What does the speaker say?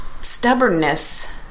stubbornness